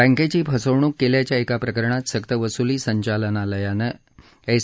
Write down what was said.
बँकेची फसवणूक केल्याच्या एका प्रकरणात सक्तवसुली संचालनालयानं एस